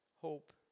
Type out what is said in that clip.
hope